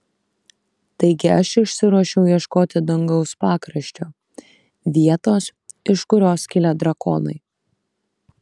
taigi aš išsiruošiau ieškoti dangaus pakraščio vietos iš kurios kilę drakonai